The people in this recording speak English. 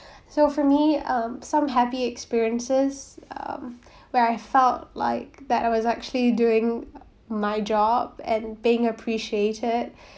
so for me um some happy experiences where I felt like that I was actually doing my job and being appreciated